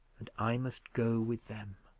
and i must go with them.